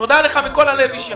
תודה לך מכל הלב איש יקר.